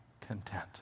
content